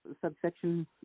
Subsection